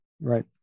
Right